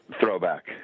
throwback